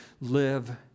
live